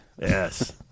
Yes